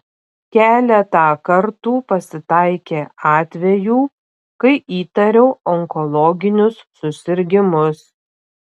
keletą kartų pasitaikė atvejų kai įtariau onkologinius susirgimus